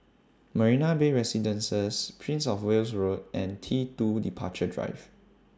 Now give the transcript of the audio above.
Marina Bay Residences Prince of Wales Road and T two Departure Drive